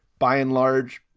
by and large,